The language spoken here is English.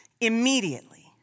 immediately